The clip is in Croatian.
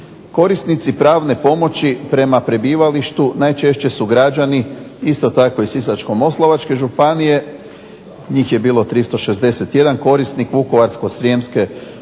Korisnici pravne pomoći prema prebivalištu najčešće su građani isto tako iz Sisačko-moslavačke županije, njih je bilo 361 korisnik, Vukovarsko-srijemske županije